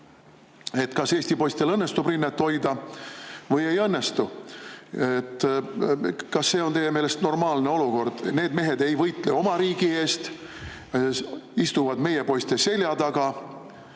– kas Eesti poistel õnnestub rinnet hoida või ei õnnestu. Kas see on teie meelest normaalne olukord? Need mehed ei võitle oma riigi eest, istuvad meie poiste selja taga.